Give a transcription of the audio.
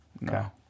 No